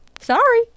Sorry